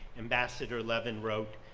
ambassador levin wrote,